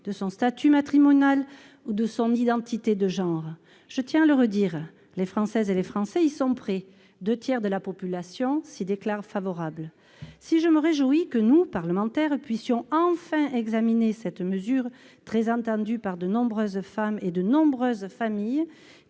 leur statut matrimonial ou à leur identité de genre. Je tiens à le redire, les Françaises et les Français y sont prêts : les deux tiers de la population s'y déclarent favorables. Si je me réjouis que nous, parlementaires, puissions enfin examiner cette mesure très attendue par de nombreuses femmes et de nombreuses familles,